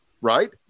right